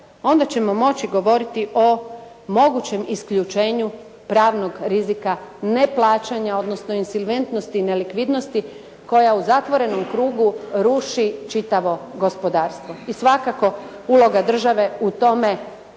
onda ćemo moći govoriti o mogućem isključenju pravnog rizika neplaćanja odnosno insolventnosti i nelikvidnosti koja u zatvorenom krugu ruši čitavo gospodarstvo. I svakako uloga države u tome nije